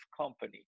company